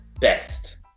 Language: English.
best